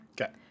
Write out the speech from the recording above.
Okay